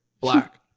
black